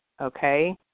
okay